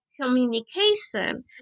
communication